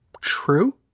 true